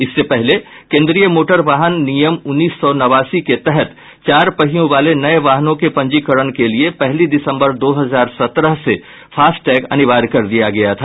इससे पहले केंद्रीय मोटर वाहन नियम उन्नीस सौ नवासी के तहत चार पहियों वाले नए वाहनों के पंजीकरण के लिए पहली दिसम्बर दो हजार सत्रह से फास्टैग अनिवार्य किया गया था